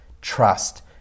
trust